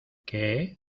qué